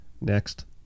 Next